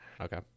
Okay